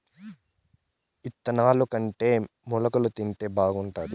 ఇత్తనాలుకంటే మొలకలు తింటేనే బాగుండాది